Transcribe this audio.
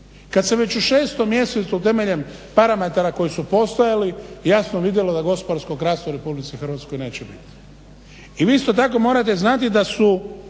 Kada se već u 6.mjesecu temeljem parametara koji su postojali jasno vidjeli da gospodarskog rasta u RH neće biti. I vi isto tako morate znati da su